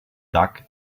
dug